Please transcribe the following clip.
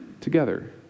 together